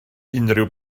unrhyw